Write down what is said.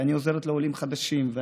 ואני עוזרת לעולים חדשים.